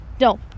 No